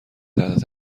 تحت